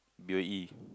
B O E